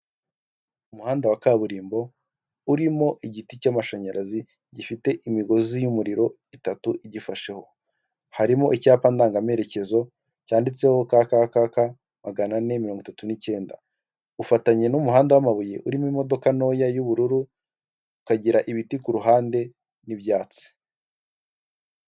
Umuhanda wa kaburimbo urimo igiti cy'amashanyarazi gifite imigozi y'umuriro itatu igifasheho harimo icyapa ndangaperekezo cyanditseho kaka magana ane mirongo itatu n'icyenda ufatanye n'umuhanda wamabuye urimo imodoka ntoya y'ubururu ukagira ibiti kuruhande n'ibyatsi.